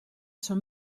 són